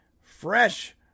Fresh